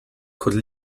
could